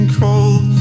cold